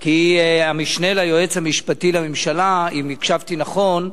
כי המשנה ליועץ המשפטי לממשלה, אם הקשבתי נכון,